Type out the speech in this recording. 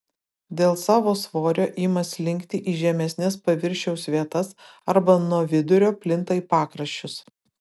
dėl savo svorio ima slinkti į žemesnes paviršiaus vietas arba nuo vidurio plinta į pakraščius